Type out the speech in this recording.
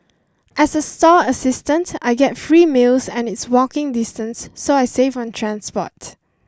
as a stall assistant I get free meals and it's walking distance so I save on transport